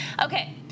Okay